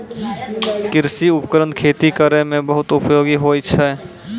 कृषि उपकरण खेती करै म बहुत उपयोगी होय छै